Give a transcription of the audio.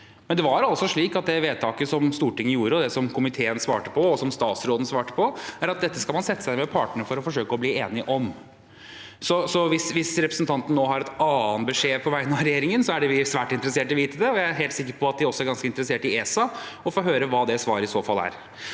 det vedtaket Stortinget gjorde, det komiteen svarte på, og det statsråden svarte på, er at dette skal man sette seg ned med partene og forsøke å bli enige om. Hvis representanten nå har en annen beskjed på vegne av regjeringen, er vi svært interessert i å vite det. Jeg er helt sikker på at de også i ESA er ganske interessert i å få høre hva det svaret i så fall er.